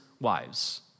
wives